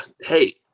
Hey